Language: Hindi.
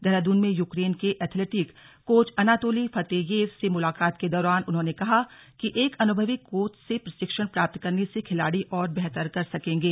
देहराद्रन में यूक्रेन के athletic coach Anatoly Fateyev से मुलाकात के दौरान उन्होंने कहा कि एक अनुभवी कोच से प्रशिक्षण प्राप्त करने से खिलाड़ी और बेहतर कर सकेंगे